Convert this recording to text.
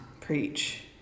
preach